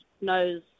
knows